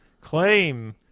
claim